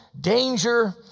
danger